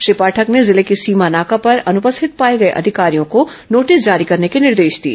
श्री पाठक ने जिले की सीमा नाका पर अनुपस्थित पाए गए अधिकारियों को नोटिस जारी करने के निर्देश दिए